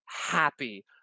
happy